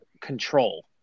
control